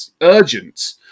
urgent